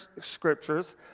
scriptures